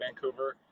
Vancouver